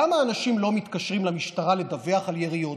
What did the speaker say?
למה אנשים לא מתקשרים למשטרה לדווח על יריות?